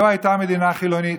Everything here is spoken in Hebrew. היה הייתה מדינה חילונית,